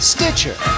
Stitcher